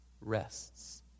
rests